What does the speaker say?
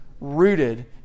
rooted